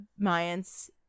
Mayans